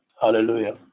Hallelujah